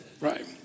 Right